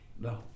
No